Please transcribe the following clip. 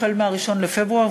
מ-1 בפברואר,